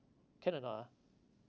can or not ah